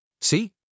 See